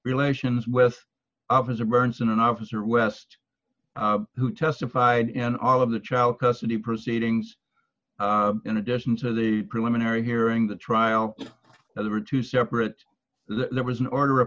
relations with opposite bernsen and officer west who testified in all of the child custody proceedings in addition to the preliminary hearing the trial there were two separate there was an order